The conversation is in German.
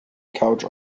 couch